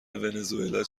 ونزوئلا